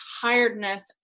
tiredness